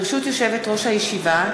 ברשות יושבת-ראש הישיבה,